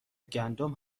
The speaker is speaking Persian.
گندم